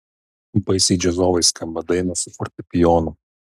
baisiai džiazovai skamba dainos su fortepijonu